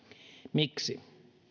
miksi